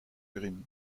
grimm